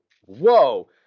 Whoa